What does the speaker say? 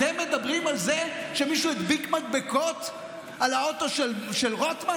אתם מדברים על זה שמישהו הדביק מדבקות על האוטו של רוטמן?